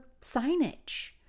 signage